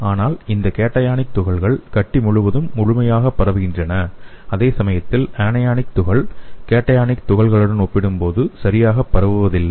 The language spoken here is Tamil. ஆனால் இந்த கேடயானிக் துகள்கள் கட்டி முழுவதும் முழுமையாக பரவுகின்றன அதேசமயம் அனாயானிக் துகள் கேடயானிக் துகள்களுடன் ஒப்பிடும்போது சரியாக பரவுவதில்லை